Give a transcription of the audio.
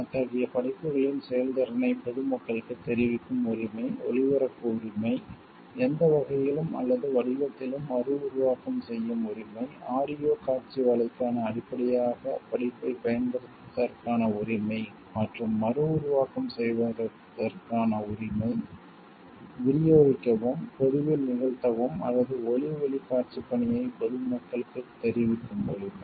அத்தகைய படைப்புகளின் செயல்திறனைப் பொதுமக்களுக்குத் தெரிவிக்கும் உரிமை ஒளிபரப்பு உரிமை எந்த வகையிலும் அல்லது வடிவத்திலும் மறுஉருவாக்கம் செய்யும் உரிமை ஆடியோ காட்சி வேலைக்கான அடிப்படையாக படைப்பைப் பயன்படுத்துவதற்கான உரிமை மற்றும் மறுஉருவாக்கம் செய்வதற்கான உரிமை விநியோகிக்கவும் பொதுவில் நிகழ்த்தவும் அல்லது ஒலி ஒளி காட்சிப் பணியை பொதுமக்களுக்குத் தெரிவிக்கும் உரிமை